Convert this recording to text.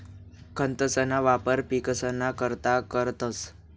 खतंसना वापर पिकसना करता करतंस